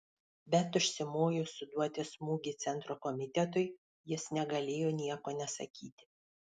bet užsimojus suduoti smūgį centro komitetui jis negalėjo nieko nesakyti